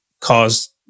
caused